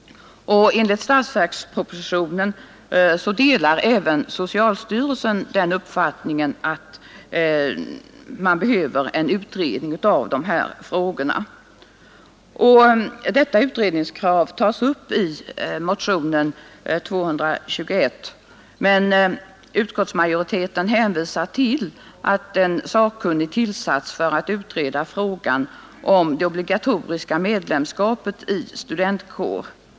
Enligt statsverkspropositionen delar även socialstyrelsen uppfattningen att man behöver en utredning av dessa frågor. Detta utredningskrav tas upp i motionen 221, men utskottsmajoriteten hänvisar till att en sakkunnig tillsatts för att utreda frågan om det obligatoriska medlemskapet i studentkår.